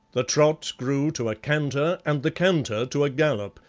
the trot grew to a canter, and the canter to a gallop,